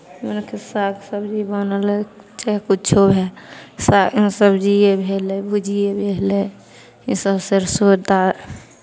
कोनो तऽ साग सबजी बनलै चाहे किछो भेल सा सबजिए भेलै भुजिए भेलै इसभ सरिसो टा